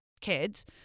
kids